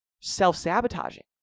self-sabotaging